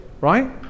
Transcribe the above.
right